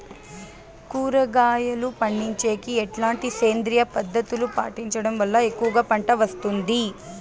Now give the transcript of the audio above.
కూరగాయలు పండించేకి ఎట్లాంటి సేంద్రియ పద్ధతులు పాటించడం వల్ల ఎక్కువగా పంట వస్తుంది?